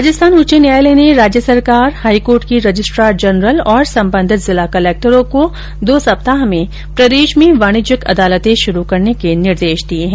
राजस्थान उच्च न्यायालय ने राज्य सरकार हाइकोर्ट के रजिस्ट्रार जनरल और सम्बन्धित जिला कलक्टर को दो सप्ताह में प्रदेश में वाणिज्यिक अदालतें शुरू करने के निर्देश दिए हैं